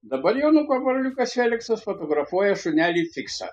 dabar jonuko broliukas feliksas fotografuoja šunelį fiksą